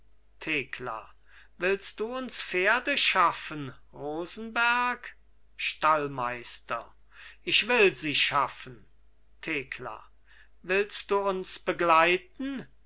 thekla willst du uns pferde schaffen rosenberg stallmeister ich will sie schaffen thekla willst du uns begleiten